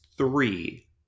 Three